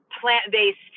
plant-based